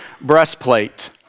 breastplate